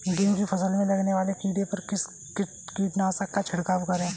गेहूँ की फसल में लगने वाले कीड़े पर किस कीटनाशक का छिड़काव करें?